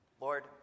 lord